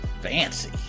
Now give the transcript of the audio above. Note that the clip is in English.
Fancy